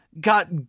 got